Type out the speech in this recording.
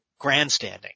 grandstanding